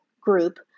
group